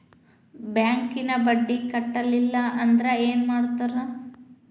ಬ್ಯಾಂಕಿನ ಬಡ್ಡಿ ಕಟ್ಟಲಿಲ್ಲ ಅಂದ್ರೆ ಏನ್ ಮಾಡ್ತಾರ?